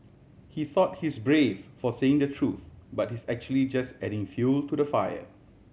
he thought he's brave for saying the truth but he's actually just adding fuel to the fire